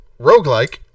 Roguelike